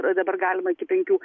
dabar galima iki penkių